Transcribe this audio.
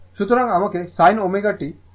সুতরাং আমাকে sin ω t জন্য ব্যবহার করতে হবে